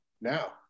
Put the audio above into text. now